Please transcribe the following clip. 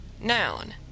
noun